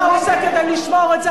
מה הוא עושה כדי לשמור את זה?